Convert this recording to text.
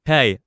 Hey